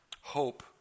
Hope